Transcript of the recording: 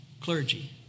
clergy